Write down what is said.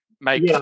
make